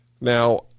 Now